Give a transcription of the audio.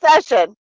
session